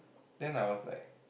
then I was like